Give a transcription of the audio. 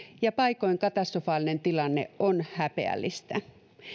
ja paikoin katastrofaalinen tilanne on häpeällistä